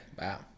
Wow